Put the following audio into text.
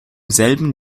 selben